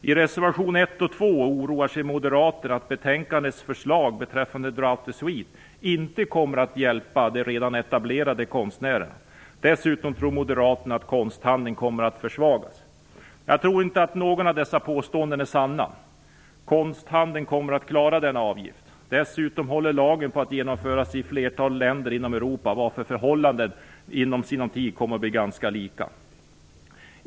I reservationerna 1 och 2 oroar sig moderaterna för att betänkandets förslag beträffande droit de suite inte kommer att hjälpa de redan etablerade konstnärerna. Dessutom tror moderaterna att konsthandeln kommer att försvagas. Jag tror inte att något av dessa påståenden är sant. Konsthandeln kommer att klara denna avgift. Dessutom håller lagen på att införas i ett flertal länder inom Europa, varför förhållandena i sinom tid kommer att bli ganska lika.